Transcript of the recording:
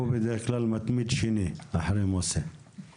הוא בדרך כלל מתמיד שני אחרי מוסי.